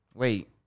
Wait